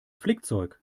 flickzeug